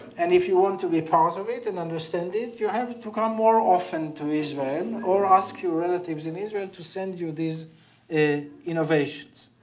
and if you want to be part of it and understand it you have to come more often to israel or ask your relatives in israel to send you these innovations.